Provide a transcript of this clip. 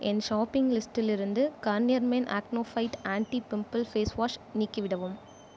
என் shopping லிஸ்ட்டிலிருந்து Garnier men acno fight anti pimple ஃபேஸ்வாஷை நீக்கிவிடவும்